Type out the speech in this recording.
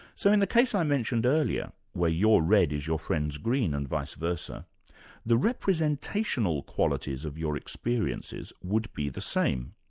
so in the case i mentioned earlier where your red is your friend's green and vice versa the representational qualities of your experiences would be the same.